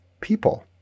people